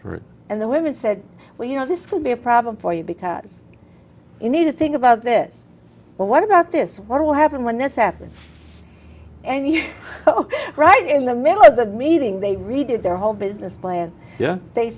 welfare and the women said well you know this could be a problem for you because you need to think about this but what about this what will happen when this happens and you're right in the middle of the meeting they redid their whole business plan